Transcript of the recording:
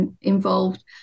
involved